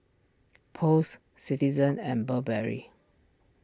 Post Citizen and Burberry